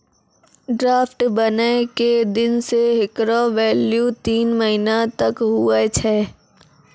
draft बनै के दिन से हेकरो भेल्यू तीन महीना तक हुवै छै